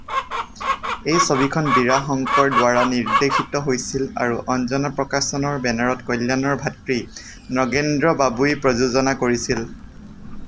এই ছবিখন বীৰা শঙ্কৰ দ্বাৰা নিৰ্দেশিত হৈছিল আৰু অঞ্জনা প্ৰকাশনৰ বেনাৰত কল্যাণৰ ভাতৃ নগেন্দ্ৰ বাবুই প্ৰযোজনা কৰিছিল